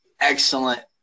excellent